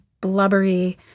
blubbery